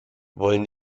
wollen